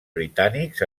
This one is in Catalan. britànics